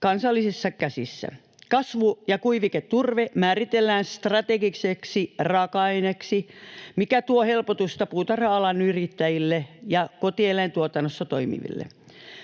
kansallisissa käsissä. Kasvu- ja kuiviketurve määritellään strategiseksi raaka-aineeksi, mikä tuo helpotusta puutarha-alan yrittäjille ja kotieläintuotannossa toimiville.